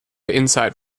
insight